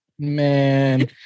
Man